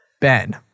Ben